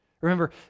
Remember